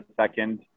second